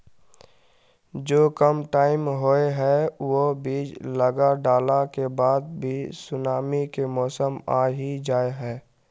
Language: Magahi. जो कम टाइम होये है वो बीज लगा डाला के बाद भी सुनामी के मौसम आ ही जाय है?